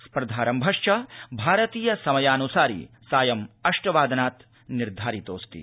स्पर्धारम्भश्च भारतीय समयानुसारि सायम् अष्ट वादनाद् निर्धारितोऽस्ति